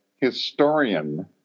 historian